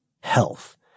health